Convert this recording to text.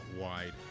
wide